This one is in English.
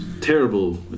terrible